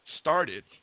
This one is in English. started